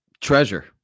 Treasure